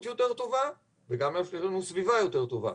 יותר טובה וגם מאפשר לנו סביבה יותר טובה.